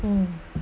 mmhmm